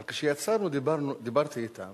אבל כשיצאנו דיברתי אתם